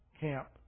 camp